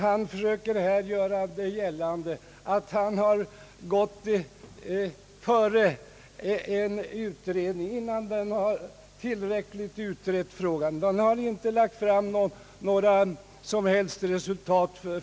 Han har skyndat före en utredning innan den tillräckligt utrett frågan, lagt fram några som helst resultat.